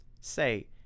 Say